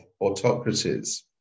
autocracies